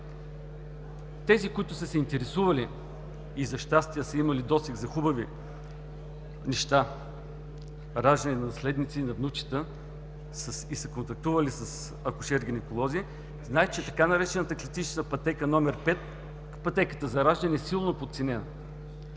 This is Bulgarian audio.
Тези, които са се интересували и, за щастие, са имали досег за хубави неща – раждане на наследници, на внучета и са контактували с акушер-гинеколози знаят, че така наречената „клинична пътека № 5“ – пътеката за раждане, е силно подценена.